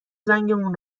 زنگمون